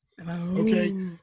okay